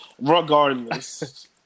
Regardless